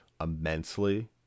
immensely